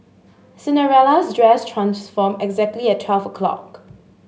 Cinderella's dress transformed exactly at twelve o'clock